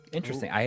Interesting